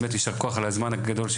אז באמת יישר כוח על הזמן שהקדשתם.